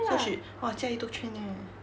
so she !wah! jia yi took train eh